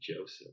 Joseph